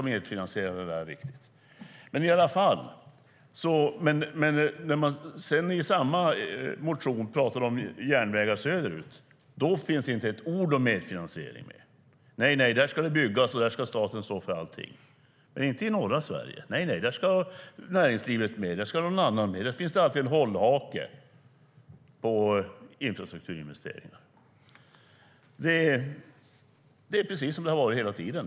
Men när de i samma motion pratar om järnvägar söderut finns det inte ett ord om medfinansiering. Nej, där ska det byggas, och där ska staten stå för allting. Men så är det inte i norra Sverige. Nej, där ska näringslivet med. Där ska någon annan med. Där finns det alltid en hållhake på infrastrukturinvesteringar. Det är precis som det har varit hela tiden.